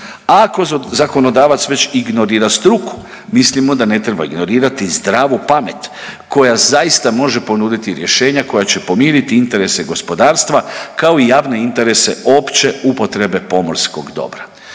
Ako zakonodavac već ignorira struku, mislimo da ne treba ignorirati zdravu pamet koja zaista može ponuditi zdravu pamet koja zaista može ponuditi rješenja koja će pomiriti interese gospodarstva, kao i javne interese opće upotrebe pomorskog dobra.